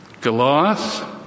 Goliath